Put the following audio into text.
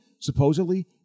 supposedly